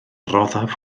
roddaf